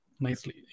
nicely